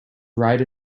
right